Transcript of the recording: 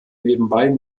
nebenbei